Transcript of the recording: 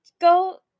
go